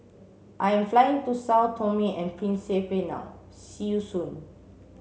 I am flying to Sao Tome and Principe now see you soon